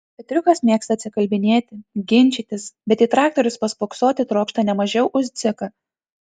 petriukas mėgsta atsikalbinėti ginčytis bet į traktorius paspoksoti trokšta ne mažiau už dziką